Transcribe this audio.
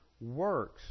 works